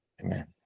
Amen